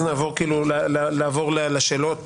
ואז לאשר בשני שלישים.